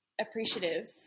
appreciative